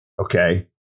Okay